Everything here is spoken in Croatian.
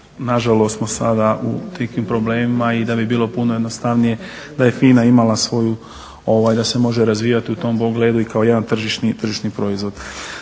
se ne razumije./… problemima. I da bi bilo puno jednostavnije da je FINA imala svoju, da se može razvijati u tom pogledu i kao jedan tržišni proizvod.